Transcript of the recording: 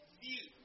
view